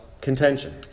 contention